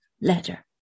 Letter